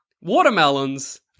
watermelons